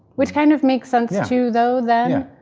which, kind of makes sense, too, though, then,